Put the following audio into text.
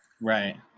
Right